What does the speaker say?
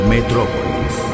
Metrópolis